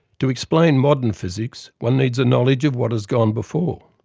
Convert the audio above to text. to explain modern physics one needs a knowledge of what has gone before.